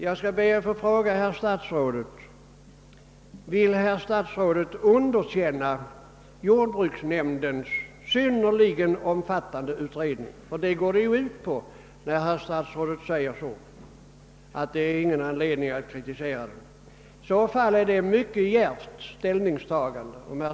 Jag ber att få fråga herr statsrådet, om han verkligen vill underkänna jordbruksnämndens synnerligen omfattande utredning, ty det är vad statsrådets yttrande gå ut på. Om herr statsrådet underkänner jordbruksnämndens utredning är detta ett mycket djärvt ställningstagande.